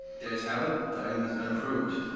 the ayes have it, item has been approved.